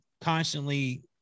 constantly